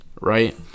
right